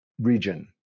region